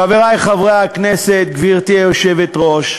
חברי חברי הכנסת, גברתי היושבת-ראש,